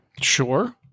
Sure